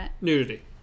nudity